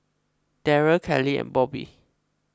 Derrell Kelly and Bobby